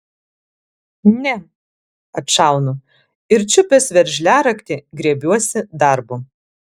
ne atšaunu ir čiupęs veržliaraktį griebiuosi darbo